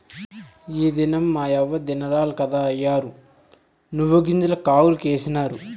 ఈ దినం మాయవ్వ దినారాలు కదా, అయ్యోరు నువ్వుగింజలు కాగులకేసినారు